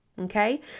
Okay